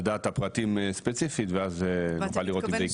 לדעת את הדברים ספציפית ואז נוכל לראות אם זה ייכנס או לא.